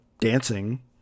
dancing